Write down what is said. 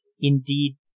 Indeed